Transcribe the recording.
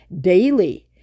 daily